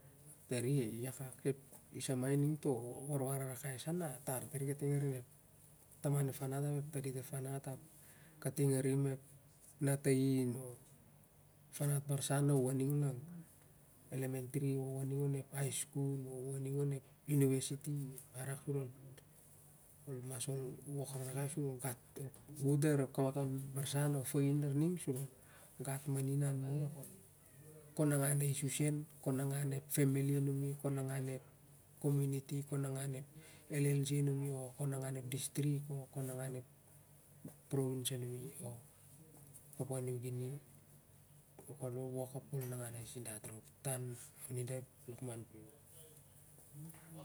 Tari iakak ira ma ining toh warwar rarakai sama ra rak al tar tari arin ep taman ep farat ap ep tandit ep farat ap kating arim ep nata in o found barsau na i aning onep elementary o i aning highs school o i aning onep university a rak sur ol wok rarakai sur ol gat tok gutpla recordim ep barsan o ep fain larning sur ol gat mani nan mur kon nangan ais u sen kon nangan ep family anum kon nangan community kon nangan ep llg numi o kon nangan ep district o kon nangan ep papua new guinea na kol wok ap kol nangan ais dat rop tan oni da ep lakman piu.